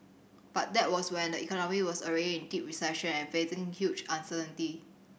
but that was when the economy was already in deep recession and facing huge uncertainty